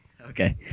Okay